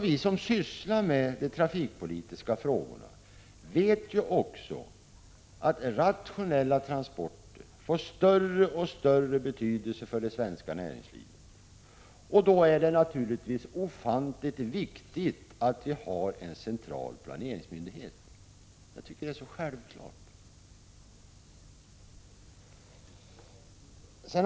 Vi som sysslar med de trafikpolitiska frågorna vet ju också att rationella transporter får större och större betydelse för det svenska näringslivet. Då är det naturligtvis ofantligt viktigt att vi har en central planeringsmyndighet. Jag tycker att detta är självklart.